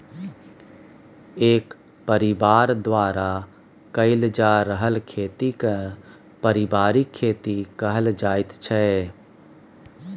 एक परिबार द्वारा कएल जा रहल खेती केँ परिबारिक खेती कहल जाइत छै